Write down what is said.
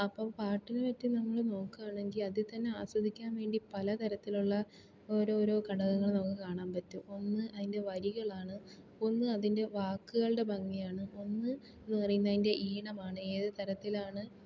അപ്പം പാട്ടിന് പറ്റി നമ്മൾ നോക്കുകയാണെങ്കിൽ അതിൽ തന്നെ ആസ്വദിക്കാൻ വേണ്ടി പലതരത്തിലുള്ള ഓരോരോ ഘടകങ്ങൾ നമുക്ക് കാണാൻ പറ്റും ഒന്ന് അതിൻ്റെ വരികളാണ് ഒന്ന് അതിൻ്റെ വാക്കുകളുടെ ഭംഗിയാണ് ഒന്ന് എന്ന് പറയുന്നത് അതിൻ്റെ ഈണമാണ് ഏത് തരത്തിലാണ്